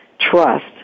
trust